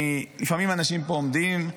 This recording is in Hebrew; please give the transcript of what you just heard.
לפעמים אנשים עומדים פה,